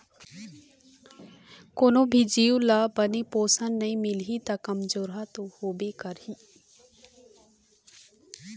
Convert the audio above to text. कोनो भी जीव ल बने पोषन नइ मिलही त कमजोरहा तो होबे करही